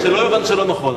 שלא יובן לא נכון.